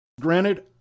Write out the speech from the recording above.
Granted